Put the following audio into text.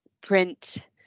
print